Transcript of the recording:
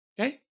Okay